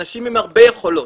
אנשים עם הרבה יכולות,